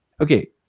okay